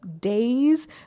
days